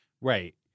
Right